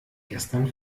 gestern